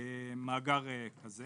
מאגר כזה